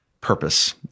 purpose